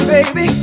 Baby